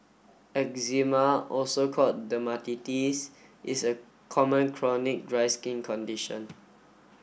eczema also called dermatitis is a common chronic dry skin condition